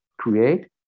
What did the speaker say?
create